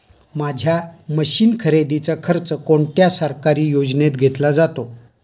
माझ्या मशीन खरेदीचा खर्च कोणत्या सरकारी योजनेत घेतला जातो?